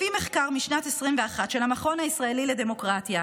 לפי מחקר משנת 2021 של המכון הישראלי לדמוקרטיה,